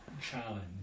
challenge